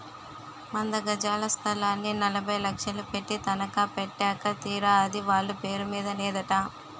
వంద గజాల స్థలాన్ని నలభై లక్షలు పెట్టి తనఖా పెట్టాక తీరా అది వాళ్ళ పేరు మీద నేదట